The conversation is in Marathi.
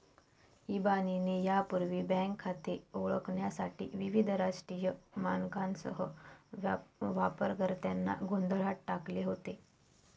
इबानीने यापूर्वी बँक खाते ओळखण्यासाठी विविध राष्ट्रीय मानकांसह वापरकर्त्यांना गोंधळात टाकले होते